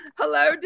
hello